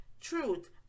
truth